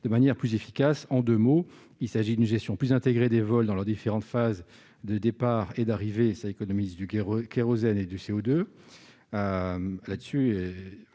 de manière plus efficace. En deux mots, il s'agit de développer une gestion plus intégrée des vols dans leurs différentes phases de départ et d'arrivée, pour économiser du kérosène et du CO2. La